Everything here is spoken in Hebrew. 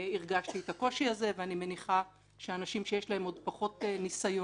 הרגשתי את הקושי הזה ואני מניחה שאנשים שיש להם עוד פחות ניסיון